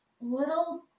little